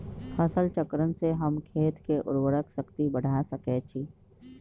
फसल चक्रण से हम खेत के उर्वरक शक्ति बढ़ा सकैछि?